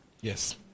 Yes